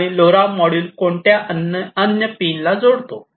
आणि लोरा मॉड्यूलचा कोणत्या अन्य पिन ला जोडतो